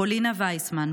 פולינה וייסמן,